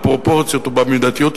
בפרופורציות ובמידתיות הזאת,